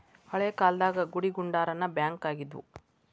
ಹಳೇ ಕಾಲ್ದಾಗ ಗುಡಿಗುಂಡಾರಾನ ಬ್ಯಾಂಕ್ ಆಗಿದ್ವು